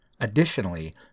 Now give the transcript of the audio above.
Additionally